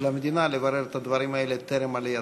המדינה לברר את הדברים האלה טרם עלייתן.